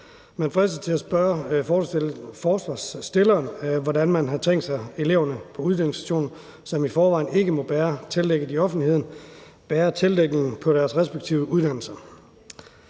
Man fristes til at spørge forslagsstilleren, hvordan man har tænkt sig, at eleverne på uddannelsesinstitutioner, som i forvejen ikke må være tildækket i offentligheden, skal bære tildækning på deres respektive uddannelser.